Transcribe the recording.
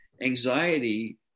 anxiety